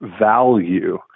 value